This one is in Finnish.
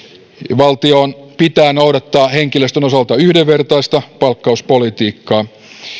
valtion pitää noudattaa henkilöstön osalta yhdenvertaista palkkauspolitiikkaa